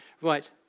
Right